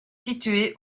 situé